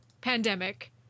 pandemic